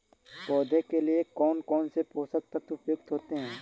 पौधे के लिए कौन कौन से पोषक तत्व उपयुक्त होते हैं?